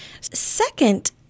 Second